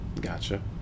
Gotcha